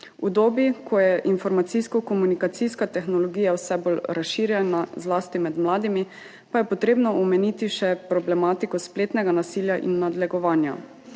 V dobi, ko je informacijsko-komunikacijska tehnologija vse bolj razširjena, zlasti med mladimi, pa je treba omeniti še problematiko spletnega nasilja in nadlegovanja.